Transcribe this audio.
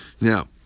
Now